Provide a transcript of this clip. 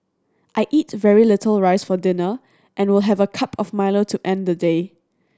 I eat very little rice for dinner and will have a cup of Milo to end the day